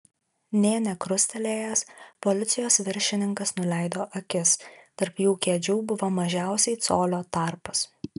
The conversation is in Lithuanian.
nė nekrustelėjęs policijos viršininkas nuleido akis tarp jų kėdžių buvo mažiausiai colio tarpas